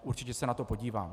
Určitě se na to podívám.